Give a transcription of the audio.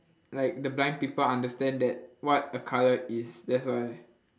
like the blind people understand that what a colour is that's why